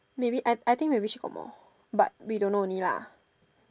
really I I think we wish got more but we don't know only lah